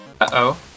Uh-oh